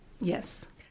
Yes